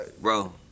bro